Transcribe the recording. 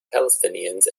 palestinians